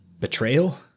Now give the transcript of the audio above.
betrayal